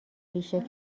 ریشه